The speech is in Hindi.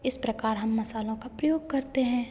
इस प्रकार हम मसालों का प्रयोग करते हैं